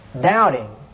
doubting